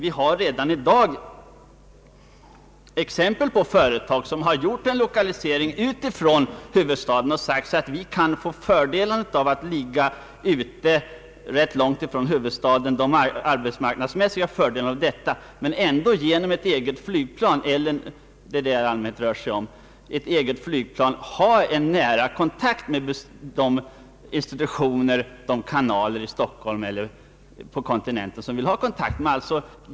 Det finns redan i dag exempel på företag som flyttat från huvudstaden och sagt, att de kan få arbetsmarknadsmässiga fördelar av att ligga ganska långt från huvudstaden men ändå genom ett eget flygplan ha en nära kontakt med de institutioner och andra kanaler i Stockholm eller på kontinenten som de vill ha förbindelse med.